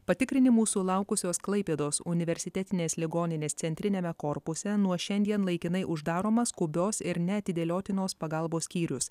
patikrinimų sulaukusios klaipėdos universitetinės ligoninės centriniame korpuse nuo šiandien laikinai uždaromas skubios ir neatidėliotinos pagalbos skyrius